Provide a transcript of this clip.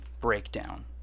Breakdown